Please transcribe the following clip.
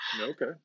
Okay